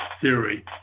theory